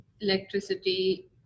electricity